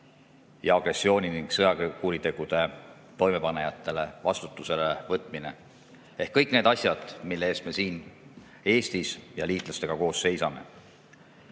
agressiooni ja sõjakuritegude toimepanijad vastutusele. Need on kõik need asjad, mille eest me siin Eestis ja liitlastega koos seisame.